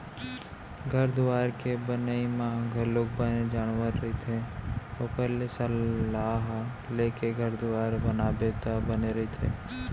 घर दुवार के बनई म घलोक बने जानकार रहिथे ओखर ले सलाह लेके घर दुवार बनाबे त बने रहिथे